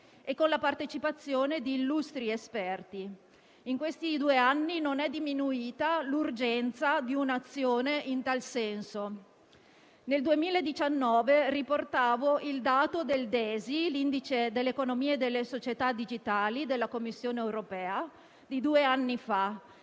e con la partecipazione di illustri esperti. In questi due anni non è diminuita l'urgenza di un'azione in tal senso. Nel 2019 riportavo il dato dell'indice di digitalizzazione dell'economia e della società (DESI) della Commissione europea, di due anni fa,